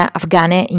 afghane